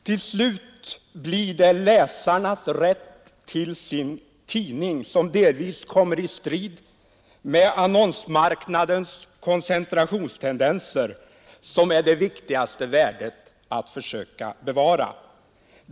Till slut blir det läsarnas rätt till sin tidning som delvis kommer i strid med annonsmarknadens koncentrationstendenser som är det viktigaste värdet att försöka bevara.